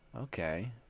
Okay